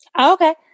okay